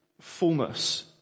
fullness